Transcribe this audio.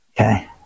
Okay